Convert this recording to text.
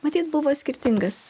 matyt buvo skirtingas